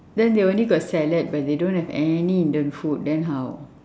then they only got salad but they don't have any indian food then how